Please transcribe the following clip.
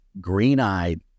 green-eyed